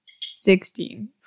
Sixteen